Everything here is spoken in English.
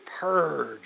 purge